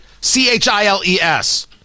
C-H-I-L-E-S